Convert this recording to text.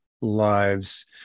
lives